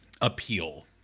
appeal